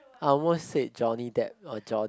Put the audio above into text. I almost say Johnny Depp or John